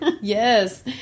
Yes